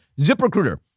ZipRecruiter